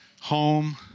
home